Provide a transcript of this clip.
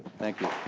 thank you.